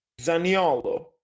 Zaniolo